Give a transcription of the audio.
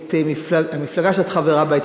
את המפלגה שאת חברה בה,